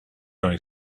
going